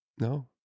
No